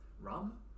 rum